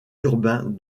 urbain